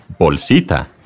bolsita